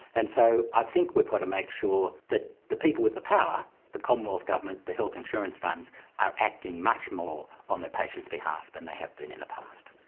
and so i think we've got to make sure that the people with the power the commonwealth government, the health insurance funds are acting much more on their patients' behalf than they have been in the past.